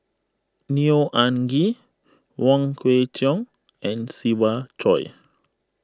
Neo Anngee Wong Kwei Cheong and Siva Choy